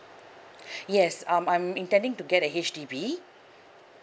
yes um I'm intending to get a H_D_B